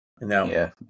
now